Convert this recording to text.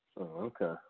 Okay